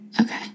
Okay